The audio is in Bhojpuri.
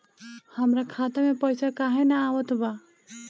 हमरा खाता में पइसा काहे ना आवत बा?